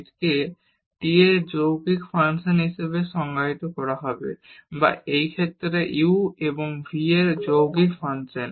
z কে t এর যৌগিক ফাংশন হিসাবে সংজ্ঞায়িত করা হবে যা এই ক্ষেত্রে u এবং v এর যৌগিক ফাংশন